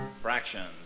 fractions